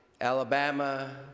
Alabama